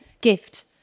gift